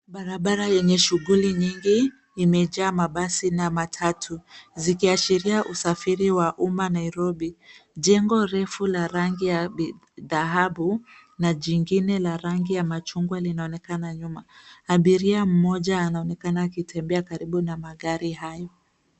Barabara yenye shughuli nyingi imejaa mabasi na matatu zikiashiria usafiri wa umma Nairobi. Jengo refu la rangi dhahabu na jingine la rangi ya machungwa linaonekana nyuma. Abiria mmoja anaonekana akitembea karibu na magari hayo.